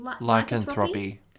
Lycanthropy